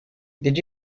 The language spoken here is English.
did